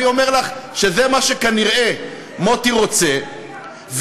אני אומר לך שזה מה שכנראה מוטי רוצה,